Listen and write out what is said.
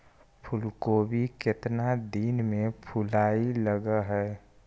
फुलगोभी केतना दिन में फुलाइ लग है?